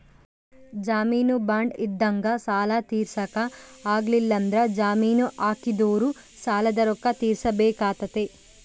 ಜಾಮೀನು ಬಾಂಡ್ ಇದ್ದಂಗ ಸಾಲ ತೀರ್ಸಕ ಆಗ್ಲಿಲ್ಲಂದ್ರ ಜಾಮೀನು ಹಾಕಿದೊರು ಸಾಲದ ರೊಕ್ಕ ತೀರ್ಸಬೆಕಾತತೆ